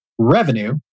revenue